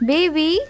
Baby